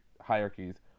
hierarchies